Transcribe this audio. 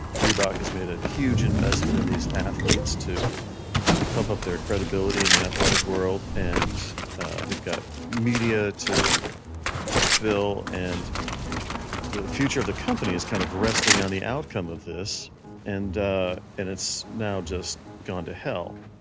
reebok has made a huge investment in these athletes to to pump up their credibility in the athletic world, and they've got media to to fill, and the future of the company is kind of resting on the outcome of this and and it's now just gone to hell